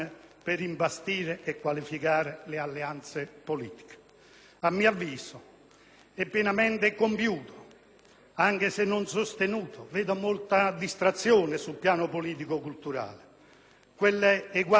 è pienamente compiuta, anche se non sostenuta - avverto una certa distrazione sul piano politico-culturale - con eguale convinzione dalle forze politiche, quella che Aldo Moro definì "la terza fase",